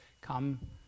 come